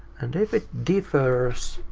and if it differs,